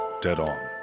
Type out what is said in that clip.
dead-on